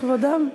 לכבודם,